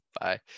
Bye